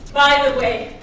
by the way,